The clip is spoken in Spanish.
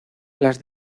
las